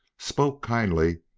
spoke kindly,